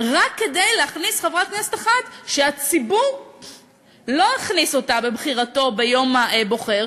רק כדי להכניס חברת כנסת אחת שהציבור לא הכניס אותה בבחירתו ביום הבוחר.